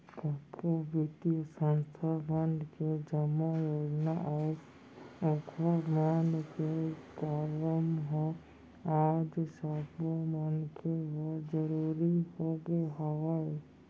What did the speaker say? कतको बित्तीय संस्था मन के जम्मो योजना अऊ ओखर मन के काम ह आज सब्बो मनखे बर जरुरी होगे हवय